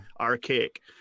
archaic